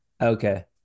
Okay